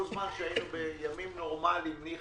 כל מה שהיינו בימים נורמליים ניחא.